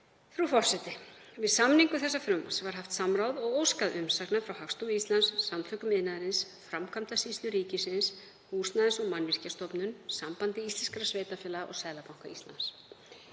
Frú forseti. Við samningu þessa frumvarps var haft samráð og óskað umsagna frá Hagstofu Íslands, Samtökum iðnaðarins, Framkvæmdasýslu ríkisins, Húsnæðis- og mannvirkjastofnun, Sambandi íslenskra sveitarfélaga og Seðlabanka Íslands.